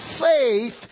faith